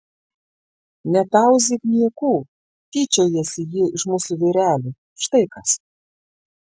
netauzyk niekų tyčiojasi ji iš mūsų vyrelių štai kas